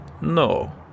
No